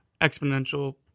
exponential